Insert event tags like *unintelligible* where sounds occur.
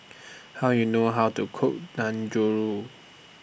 How YOU know How to Cook *unintelligible*